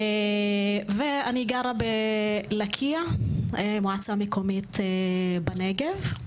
ואני גרה בלקיה, מועצה מקומית בנגב,